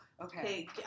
Okay